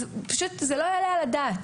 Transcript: פשוט זה לא יעלה על הדעת.